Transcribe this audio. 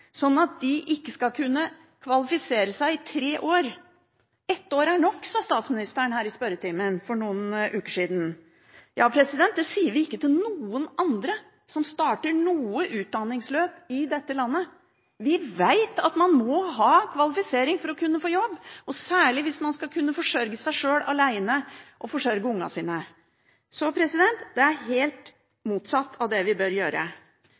sånn at de ikke skal kunne kvalifisere seg i tre år. Ett år er nok, sa statsministeren her i spørretimen for noen uker siden. Det sier vi ikke til noen andre som starter noe utdanningsløp i dette landet. Vi vet at man må ha kvalifisering for å kunne få jobb, og særlig hvis man alene skal kunne forsørge seg sjøl og ungene sine. Dette er helt motsatt av det vi bør gjøre.